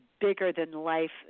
bigger-than-life